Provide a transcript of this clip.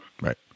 Right